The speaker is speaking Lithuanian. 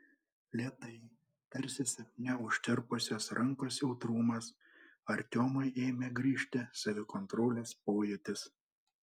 lėtai tarsi sapne užtirpusios rankos jautrumas artiomui ėmė grįžti savikontrolės pojūtis